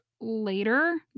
later